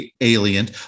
alien